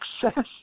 success